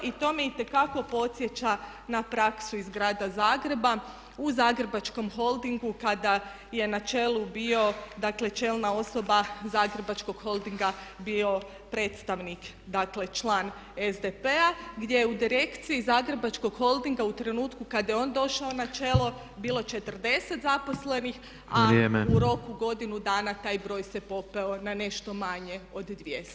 I to me itekako podsjeća na praksu iz grada Zagreba, u Zagrebačkom holdingu kada je na čelu bio, dakle čelna osoba Zagrebačkog holdinga bio predstavnik, dakle član SDP-a, gdje je u Direkciji Zagrebačkog holdinga u trenutku kada je on došao na čelo bilo 40 zaposlenih [[Upadica Tepeš: Vrijeme.]] a u roku godinu dana taj broj se popeo na nešto manje od 200.